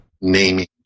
naming